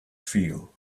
feel